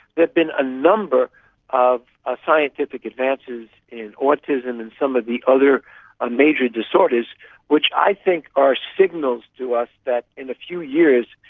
been a number of ah scientific advances in autism and some of the other ah major disorders which i think are signals to us that in a few years,